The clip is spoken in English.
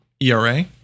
era